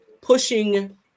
pushing